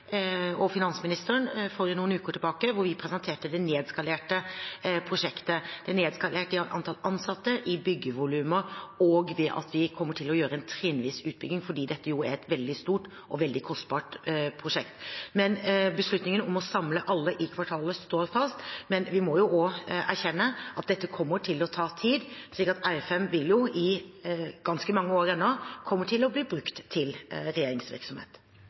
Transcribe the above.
finansministeren og meg for noen uker siden, hvor hun presenterte det nedskalerte prosjektet. Det er nedskalert i antall ansatte, i byggevolumer og ved at vi kommer til å gjøre en trinnvis utbygging fordi dette er et veldig stort og veldig kostbart prosjekt. Beslutningen om å samle alle i kvartalet står fast, men vi må jo også erkjenne at dette kommer til å ta tid, slik at R5 – i ganske mange år ennå – vil komme til å bli brukt til regjeringsvirksomhet.